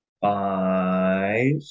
Five